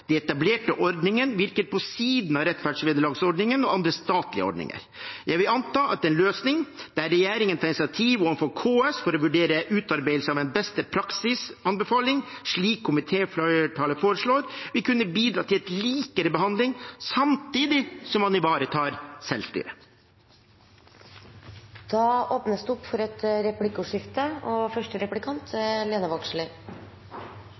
De etablerte ordningene virker på siden av rettferdsvederlagsordningen og andre statlige ordninger. Jeg vil anta at en løsning der regjeringen tar initiativ overfor KS for å vurdere utarbeidelse av en beste praksis-anbefaling, slik komitéflertallet foreslår, vil kunne bidra til en likere behandling, samtidig som man ivaretar selvstyret. Det blir replikkordskifte. Det